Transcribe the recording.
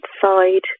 side